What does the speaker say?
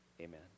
Amen